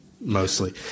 mostly